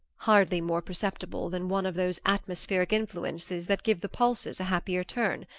hardly more perceptible than one of those atmospheric influences that give the pulses a happier turn.